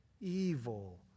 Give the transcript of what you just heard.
evil